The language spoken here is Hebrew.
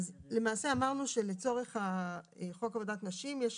אז למעשה אמרנו שלצורך חוק עבודת נשים יש